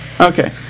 Okay